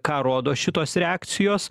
ką rodo šitos reakcijos